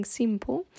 simple